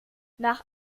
nach